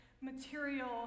material